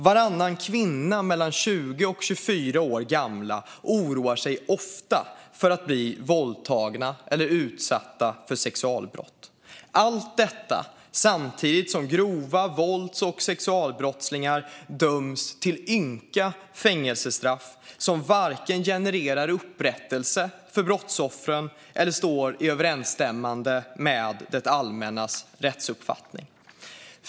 Varannan kvinna mellan 20 och 24 års ålder oroar sig ofta för att bli våldtagen eller utsatt för sexualbrott. Allt detta är samtidigt som grova vålds och sexualbrottslingar döms till ynka fängelsestraff som varken genererar upprättelse för brottsoffren eller står i överensstämmelse med det allmännas rättsuppfattning.